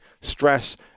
stress